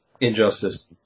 Injustice